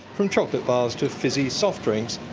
from chocolate bars to fizzy soft drinks,